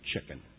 chicken